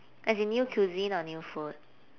as in new cuisine or new food